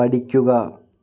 പഠിക്കുക